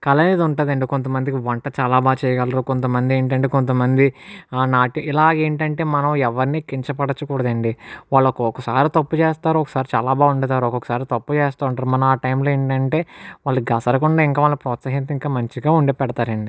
కళ అనేది ఉంటుంది అండి కొంతమందికి వంట చాలా బాగా చేయగలరు కొంతమంది ఏంటి అంటే కొంతమంది నాటి ఇలాగా ఏంటి అంటే మనం ఎవర్ని కించపరచకూడదండి వాళ్ళకు ఒక్కసారి తప్పు చేస్తారు ఒకసారి చాలా బాగా వండుతారు ఒక్కొక్కసారి తప్పు చేస్తూ ఉంటారు మన ఆ టైంలో ఏంటి అంటే వాళ్ళని గసరకుండా ఇంకా వాళ్ళని ప్రోత్సాహిస్తే ఇంకా మంచిగా వండిపెడుతారు అండి